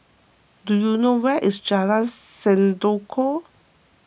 do you know where is Jalan Sendudok